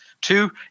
Two